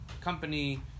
company